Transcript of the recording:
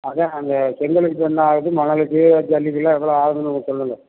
அதுதான் அந்த செங்கல் அடிக்கிறது என்ன ஆகுது மணலுக்கு ஜல்லிக்கெலாம் எவ்வளோ ஆகுதுன்னு கொஞ்சம் சொல்லுங்க